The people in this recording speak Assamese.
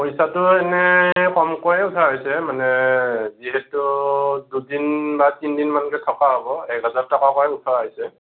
পইচাটো এনেই কমকৈয়ে উঠোৱা হৈছে মানে যিহেতু দুদিন বা তিনিদিনমানকৈ থকা হ'ব এক হেজাৰ টকাকৈ উঠোৱা হৈছে